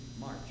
March